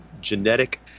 genetic